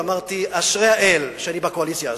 אמרתי: אשרי האל שאני בקואליציה הזאת.